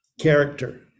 Character